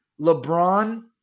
LeBron